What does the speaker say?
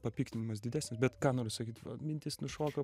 papiktinimas didesnis bet ką noriu sakyt va mintis nušoko